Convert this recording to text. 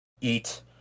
eat